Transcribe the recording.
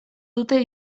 dute